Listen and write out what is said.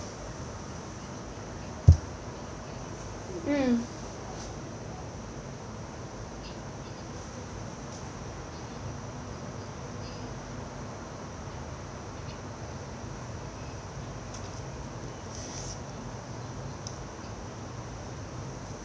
mm